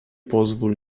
pozwól